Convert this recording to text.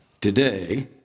today